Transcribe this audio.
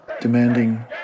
Demanding